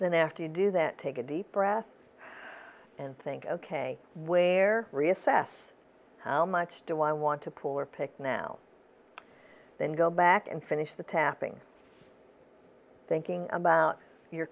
then after you do that take a deep breath and think ok where reassess how much do i want to pull or pick now then go back and finish the tapping thinking about your